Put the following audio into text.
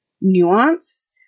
nuance